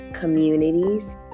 communities